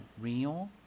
real